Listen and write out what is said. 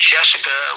Jessica